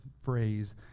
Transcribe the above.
phrase